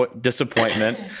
disappointment